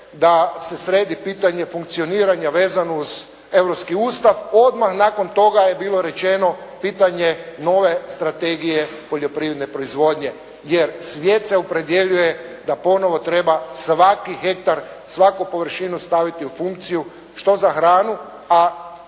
da se sredi pitanje funkcioniranja vezano uz Europsku Ustav, odmah nakon toga je bilo rečeno pitanje nove Strategije poljoprivredne proizvodnje, jer svijet se opredjeljuje da ponovo treba svaki hektar, svaku površinu staviti u funkciju što za hranu,